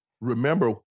remember